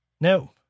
No